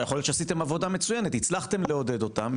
אולי עשיתם עבודה מצוינת הצלחתם לעודד אותם.